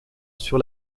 sur